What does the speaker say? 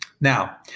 Now